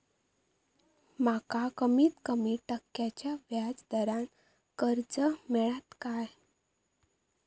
माका कमीत कमी टक्क्याच्या व्याज दरान कर्ज मेलात काय?